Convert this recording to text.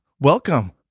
Welcome